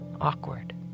awkward